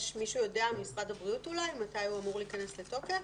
מישהו ממשרד הבריאות יודע מתי הוא אמור להיכנס לתוקף?